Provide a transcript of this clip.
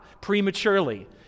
prematurely